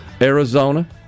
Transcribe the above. Arizona